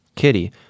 Kitty